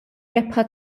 rebħa